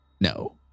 No